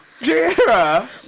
Jira